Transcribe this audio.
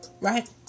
Right